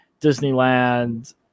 Disneyland